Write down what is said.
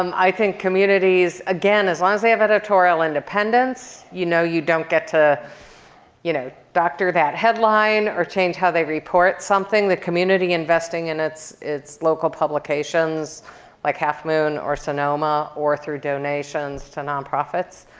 um i think communities, again, as long as they have editorial independence. you know you don't get to you know doctor doctor that headline or change how they report something. the community investing in its its local publications like half moon or sonoma or through donations to nonprofits,